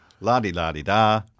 La-di-la-di-da